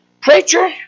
preacher